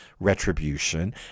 retribution